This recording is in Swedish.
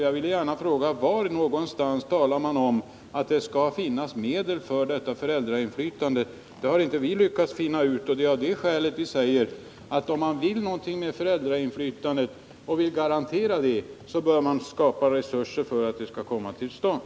Jag vill därför fråga: Var någonstans talas det om att det skall finnas medel för detta föräldrainflytande? Vi har inte lyckats finna ut att det står något om detta. Det är av det skälet vi säger att om man menar något med föräldrainflytandet och vill garantera det, så bör man skapa resurser för att det kan komma till stånd.